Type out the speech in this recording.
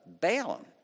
Balaam